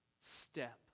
step